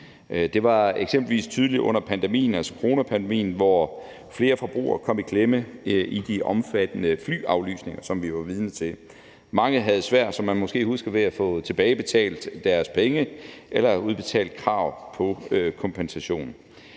Det var eksempelvis tydeligt under pandemien, altså coronapandemien, hvor flere forbrugere kom i klemme i forbindelse med de omfattende flyaflysninger, som vi var vidne til. Mange havde svært ved, som man måske husker, at få tilbagebetalt deres penge eller udbetalt kompensation,